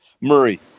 Murray